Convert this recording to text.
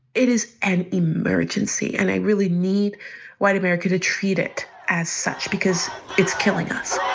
it is an emergency. and i really need white america to treat it as such because it's killing us